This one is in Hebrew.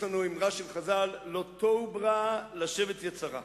יש לנו אמרה של חז"ל: "לא לתוהו בראה לשבת יצרה".